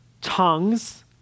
tongues